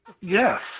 Yes